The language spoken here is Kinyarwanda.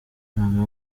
mama